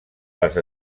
les